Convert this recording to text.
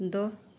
दो